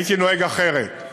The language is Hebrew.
הייתי נוהג אחרת.